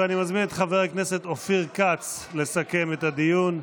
אני מזמין את חבר הכנסת אופיר כץ לסכם את הדיון,